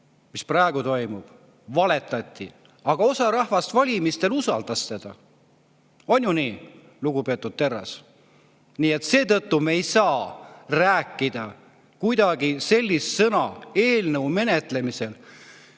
Mis praegu toimub? Valetati! Aga osa rahvast valimistel usaldas teda. On ju nii, lugupeetud Terras? Nii et seetõttu me ei saa rääkida eelnõu menetlemisel